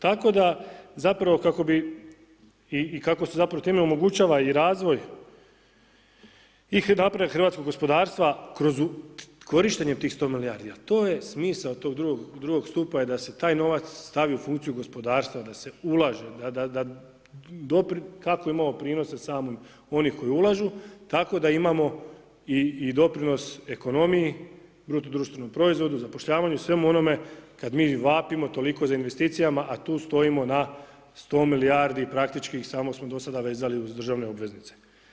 Tako da, zapravo, ako bi i kako se time i omogućava i razvoj i napredak hrvatskog gospodarstva, kroz korištenjem tih 100 milijardi a to je smisao tog drugog stupa je da se taj novac stavi u funkciju gospodarstva, da se ulaže, da kako imamo prinose samo onih koji ulažu tako da imamo i doprinos ekonomiji, BDP-u, zapošljavanju i svemu onome kada mi vapimo toliko za investicijama a tu stojimo na 100 milijardi i praktički samo smo do sada vezali uz državne obveznice.